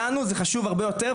לנו זה חשוב הרבה יותר.